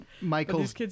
Michael's